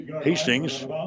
Hastings